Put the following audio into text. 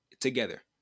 together